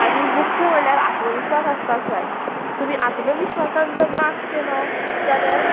आनी मुख्य म्हणल्यार आत्मविश्वास आसपाक जाय तुमी आत्मविश्वासान जर नाच केलो जाल्यार